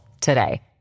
today